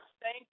Thank